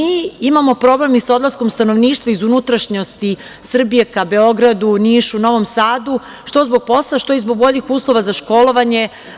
Imamo problem i sa odlaskom stanovništva iz unutrašnjosti Srbije ka Beogradu, Nišu, Novom Sadu, što zbog posla, što i zbog boljih uslova za školovanje.